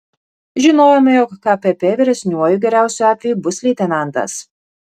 žinojome jog kpp vyresniuoju geriausiu atveju bus leitenantas